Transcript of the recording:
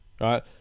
right